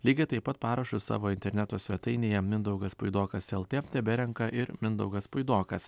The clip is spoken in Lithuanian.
lygiai taip pat parašus savo interneto svetainėje mindaugas puidokas lt teberenka ir mindaugas puidokas